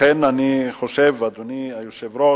לכן אני חושב, אדוני היושב-ראש,